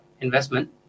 investment